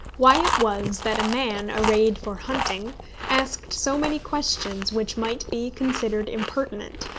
why it was that a man arrayed for hunting asked so many questions which might be considered impertinent,